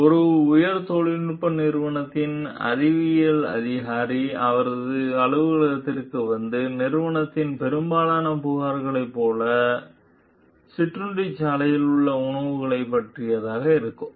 ஒரு உயர்தொழில்நுட்ப நிறுவனத்தின் அறவியல் அதிகாரி அவரது அலுவலகத்திற்கு வந்த நிறுவனத்தின் பெரும்பாலான புகார்களைப் போலவே சிற்றுண்டிச்சாலையில் உள்ள உணவைப் பற்றியதாக இருந்தது